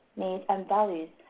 needs, and values,